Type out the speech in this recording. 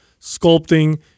sculpting